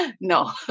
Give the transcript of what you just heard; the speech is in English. No